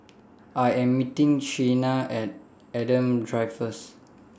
I Am meeting Chynna At Adam Drive First